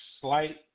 slight